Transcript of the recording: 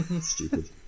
Stupid